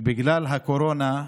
בגלל הקורונה,